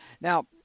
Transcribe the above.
Now